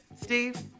Steve